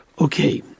Okay